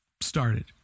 started